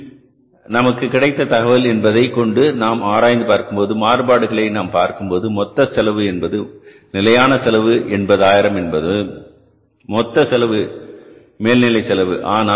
இதில் நமக்கு கிடைத்த தகவல் என்பதை கொண்டு நாம் ஆராய்ந்து பார்க்கும்போது மாறுபாடுகளை நாம் பார்க்கும்போது மொத்தம் செலவு என்பது நிலையான செலவு 80000 என்பது மொத்த மேல்நிலை செலவு